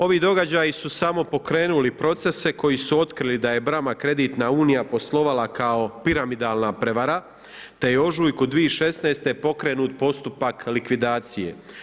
Ovi događaji su samo pokrenuli procese koji su otkrili da je Bra-ma kreditna unija poslovala kao piramidalna prevara te je u ožujku 2016. pokrenut postupak likvidacije.